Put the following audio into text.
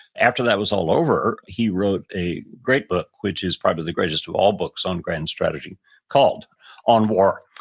after that was all over, he wrote a great book, which is probably the greatest of all books on grand strategy called on war.